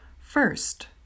first